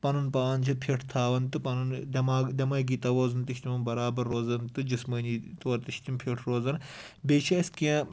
پَنُن پان چھ فِٹ تھاوان تہٕ پَنُن دٮ۪ماغ دٮ۪مٲغی تَوازُن تہِ چھ تِمن برابر روزان تہٕ جِسمٲنی طور تہِ چھِ تِم فِٹ روزان بیٚیہِ چھِ اسہِ کیٚنٛہہ